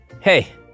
Hey